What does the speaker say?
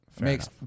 Makes